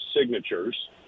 signatures